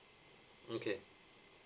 okay